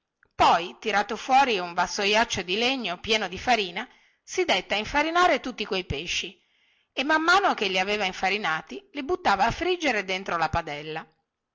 poi tirato fuori un vassoiaccio di legno pieno di farina si dette a infarinare tutti quei pesci e man mano che li aveva infarinati li buttava a friggere dentro la padella